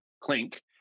Clink